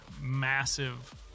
massive